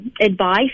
advice